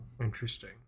Interesting